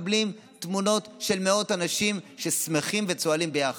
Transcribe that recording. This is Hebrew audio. תמונות של מאות אנשים ששמחים וצוהלים ביחד,